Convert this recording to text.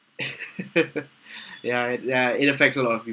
ya it ya it affects a lot of people